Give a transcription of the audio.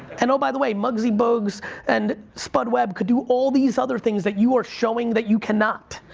and oh by the way, muggsy bogues and spud webb could do all these other things that you are showing that you cannot.